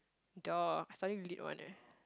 duh I study lit one eh